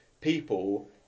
people